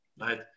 right